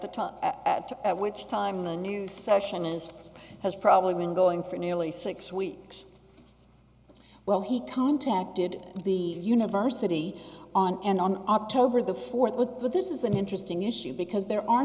top at which time the new session is has probably been going for nearly six weeks well he contacted the university on and on october the fourth with but this is an interesting issue because there are